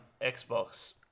Xbox